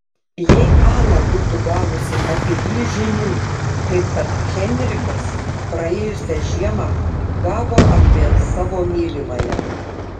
jei ana būtų gavusi apie jį žinių kaip kad heinrichas praėjusią žiemą gavo apie savo mylimąją